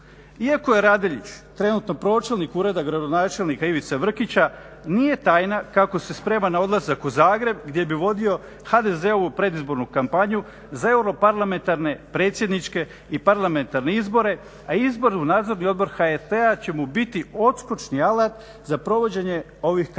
Iako je Radeljić trenutno pročelnik Ureda gradonačelnika Ivice Vrkića nije tajna kako se sprema na odlazak u Zagreb gdje bi vodio HDZ-ovu predizbornu kampanju za europarlamentarne, predsjedničke i parlamentarne izbore, a izbori u Nadzorni odbor HRT-a će mu biti odskočni alat za provođenje ovih kampanja.